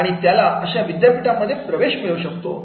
आणि त्याला अशा विद्यापीठांमध्ये प्रवेश मिळू शकतो